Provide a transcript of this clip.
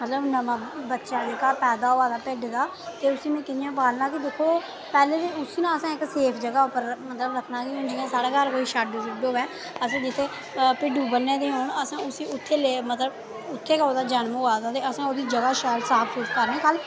मतलब अगर नमां बच्चा पैदा होआ दा भिड्ड दा ते में उसी कियां पालना दिक्खो में पैह्लें ना उसी सेफ जगह पर रक्खना हून जियां साढ़े घर कोई शेड होऐ असें जित्थें भिड्डू ब'न्ने दे होन असें मतलब उत्थें गै ओह्दा जन्म होआ दा होग ते असें उत्थें गै ओह्दी जगह शैल साफ करनी